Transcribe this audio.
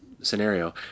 scenario